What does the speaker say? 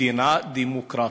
מדינה דמוקרטית,